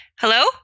Hello